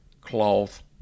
cloth